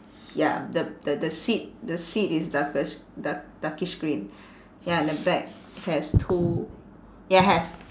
ya the the the seat the seat is darkish dark darkish green ya and the back has two ya have